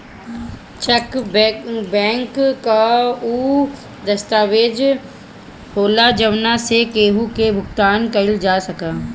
check bank कअ उ दस्तावेज होला जवना से केहू के भुगतान कईल जा सकत बाटे